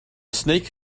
snake